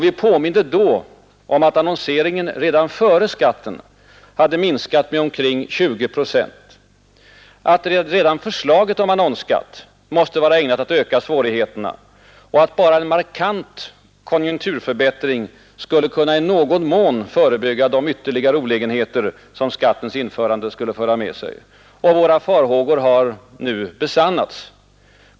Vi påminde då om att annonseringen redan före skatten hade minskat med omkring 20 procent, att redan förslaget om annonsskatt måste vara ägnat att öka svårigheterna och att bara en markant konjunkturförbättring skulle kunna i någon mån förebygga de ytterligare olägenheter som skattens införande skulle föra med sig. Våra farhågor har nu besannats.